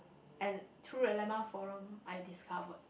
and through the landmark forum I discover